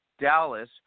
Dallas